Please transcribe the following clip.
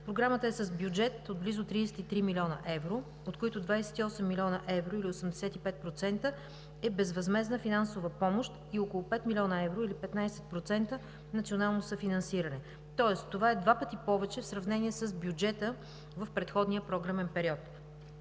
Програмата е с бюджет от близо 33 млн. евро, от които 28 млн. евро, или 85% е безвъзмездна финансова помощ, и около 5 млн. евро, или 15% национално съфинансиране, тоест това е два пъти повече в сравнение с бюджета в предходния програмен период.